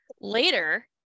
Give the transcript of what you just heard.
Later